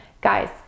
guys